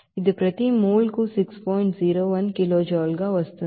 01 kilojoule గా వస్తోంది